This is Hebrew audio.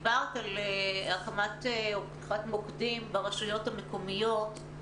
דיברת על הרחבת מוקדים ברשויות המקומיות.